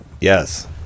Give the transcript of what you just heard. yes